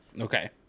Okay